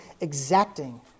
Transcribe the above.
exacting